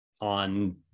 on